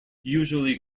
usually